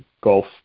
Gulf